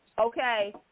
okay